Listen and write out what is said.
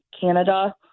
Canada